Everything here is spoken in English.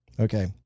Okay